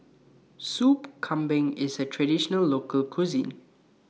Soup Kambing IS A Traditional Local Cuisine